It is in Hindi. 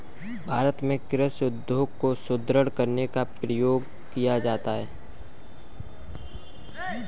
भारत में कृषि उद्योग को सुदृढ़ करने का प्रयास किया जा रहा है